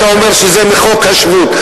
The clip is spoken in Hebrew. אתה אומר שזה מחוק השבות.